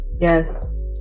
yes